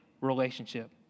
relationship